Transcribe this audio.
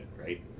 right